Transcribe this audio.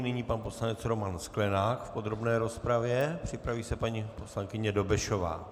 Nyní pan poslanec Roman Sklenák v podrobné rozpravě, připraví se paní poslankyně Dobešová.